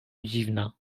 dziwna